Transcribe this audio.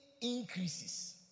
increases